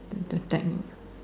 the the technique